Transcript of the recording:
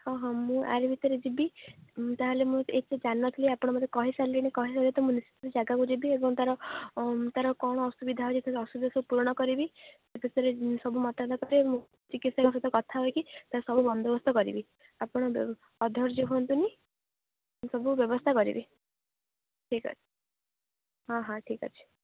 ହଁ ହଁ ମୁଁ ଆରି ଭିତରେ ଯିବି ତା'ହେଲେ ମୁଁ ଏତେ ଜାଣିନଥିଲି ଆପଣ ମୋତେ କହିସାରିଲେଣି କହି ମୁଁ ନିଶ୍ଚିତ ସେ ଯାଗାକୁ ଯିବି ଏବଂ ତା'ର ତା'ର କ'ଣ ଅସୁବିଧା ହେଉଛି ଅସୁବିଧା ସବୁ ପୂରଣ କରିବି ସେ ବିଷୟରେ ସବୁ ମତାଦା କରିବେ ମୁଁ ଚିକିତ୍ସାଙ୍କ ସହିତ କଥା ହେଇକି ତା ସବୁ ବନ୍ଦୋବସ୍ତ କରିବି ଆପଣ ଅଧର୍ଜ୍ୟ ହୁଅନ୍ତୁନି ସବୁ ବ୍ୟବସ୍ଥା କରିବି ଠିକ୍ ଅଛି ହଁ ହଁ ଠିକ୍ ଅଛି